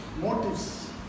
motives